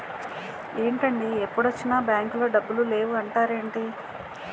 ఏంటండీ ఎప్పుడొచ్చినా బాంకులో డబ్బులు లేవు అంటారేంటీ?